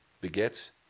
begets